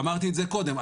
אמרתי את זה קודם.